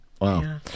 Wow